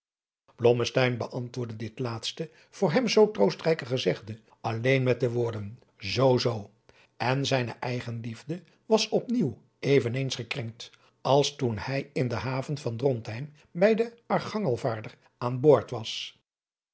beantwoordde dit laatste voor hem zoo troostrijke gezegde alleen met de woorden zoo zoo en zijne eigenliefde was op nieuw even eens gekrenkt als toen hij in de haven van drontheim bij den archangelvaarder aan boord was